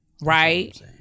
Right